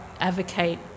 advocate